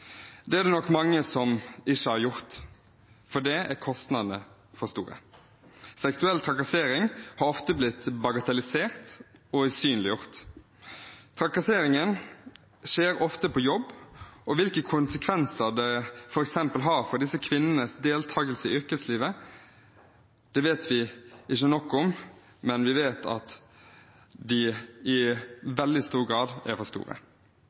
Det er det nok mange som ikke har gjort, til det er kostnadene for store. Seksuell trakassering har ofte blitt bagatellisert og usynliggjort. Trakasseringen skjer ofte på jobb, og hvilke konsekvenser det f.eks. har for disse kvinnenes deltakelse i yrkeslivet, vet vi ikke nok om, men vi vet at de i veldig stor grad er for store.